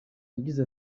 yagize